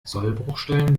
sollbruchstellen